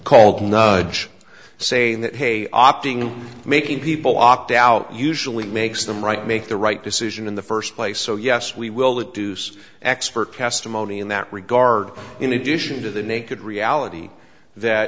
called nudge say that hey opting in making people opt out usually makes them right make the right decision in the first place so yes we will that do some expert testimony in that regard in addition to the naked reality that